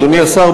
אדוני השר,